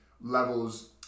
levels